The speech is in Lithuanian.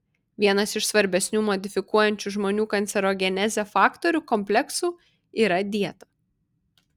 vienas iš svarbesnių modifikuojančių žmonių kancerogenezę faktorių kompleksų yra dieta